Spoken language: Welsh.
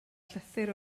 llythyr